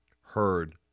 heard